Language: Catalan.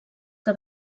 que